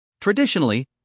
Traditionally